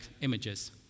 images